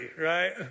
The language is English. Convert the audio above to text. right